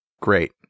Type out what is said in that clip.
Great